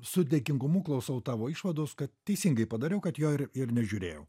su dėkingumu klausau tavo išvados kad teisingai padariau kad jo ir ir nežiūrėjau